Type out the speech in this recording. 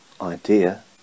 idea